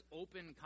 open